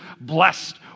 blessed